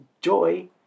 joy